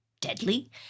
deadly